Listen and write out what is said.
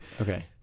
Okay